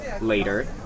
later